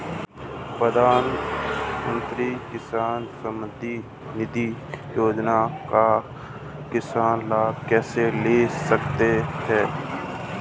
प्रधानमंत्री किसान सम्मान निधि योजना का किसान लाभ कैसे ले सकते हैं?